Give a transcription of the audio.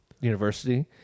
University